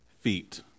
feet